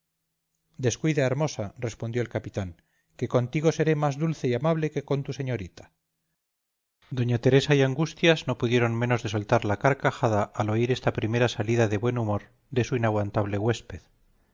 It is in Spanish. descuida hermosa respondió el capitán que contigo seré más dulce y amable que con tu señorita doña teresa y angustias no pudieron menos de soltar la carcajada al oír esta primera salida de buen humor de su inaguantable huésped